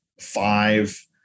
five